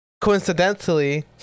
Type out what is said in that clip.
coincidentally